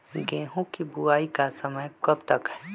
गेंहू की बुवाई का समय कब तक है?